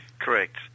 Correct